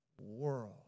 world